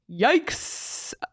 Yikes